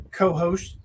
co-host